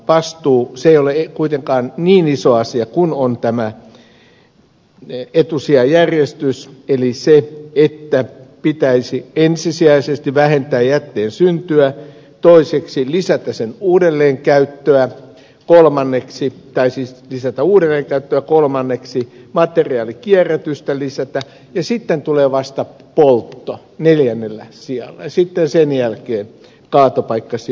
se ei ole kuitenkaan niin iso asia kuin on etusijajärjestys eli se että pitäisi ensisijaisesti vähentää jätteen syntyä toiseksi lisätä sen uudelleenkäyttöä kolmanneksi lisätä uuden eikä tuo kolmanneksi materiaalin kierrätystä materiaalinkierrätystä ja sitten vasta neljännellä sijalla tulee poltto ja sen jälkeen kaatopaikkasijoittaminen